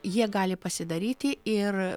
jie gali pasidaryti ir